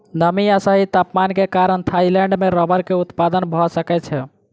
नमी आ सही तापमान के कारण थाईलैंड में रबड़ के उत्पादन भअ सकै छै